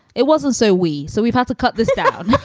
it wasn't. so we. so we've had to cut this down